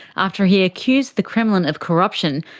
after he accused the kremlin of corruption,